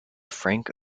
frank